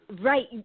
right